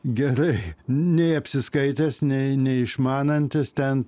gerai nei apsiskaitęs nei nei išmanantis ten